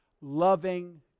loving